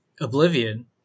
Oblivion